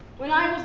when i